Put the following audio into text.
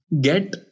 get